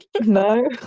No